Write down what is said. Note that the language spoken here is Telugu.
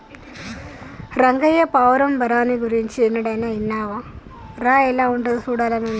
రంగయ్య పావురం బఠానీ గురించి ఎన్నడైనా ఇన్నావా రా ఎలా ఉంటాదో సూడాలని ఉంది